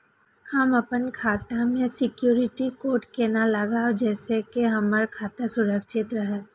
हम अपन खाता में सिक्युरिटी कोड केना लगाव जैसे के हमर खाता सुरक्षित रहैत?